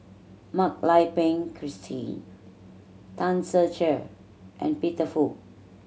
Mak Lai Peng Christine Tan Ser Cher and Peter Fu